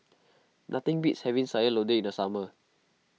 nothing beats having Sayur Lodeh in the summer